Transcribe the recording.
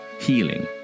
healing